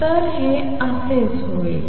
तर हे असेच होईल